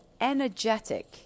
energetic